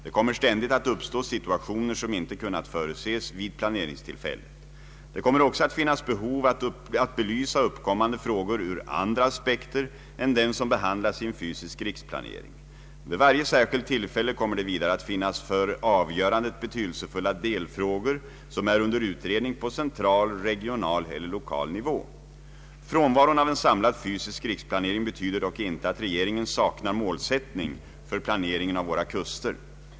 Det kommer ständigt att uppstå situationer som inte kunnat förutses vid planeringstillfället. Det kommer också att finnas behov att belysa uppkommande frågor ur andra aspekter än dem som behandlas i en fysisk riksplanering. Vid varje särskilt tillfälle kommer det vidare att finnas för avgörandet betydelsefulla delfrågor som är under utredning på central, regional eller lokal nivå. Frånvaron av en samlad fysisk riksplanering betyder dock inte att regeringen saknar målsättning för planeringen av våra kuster.